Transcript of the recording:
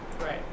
Right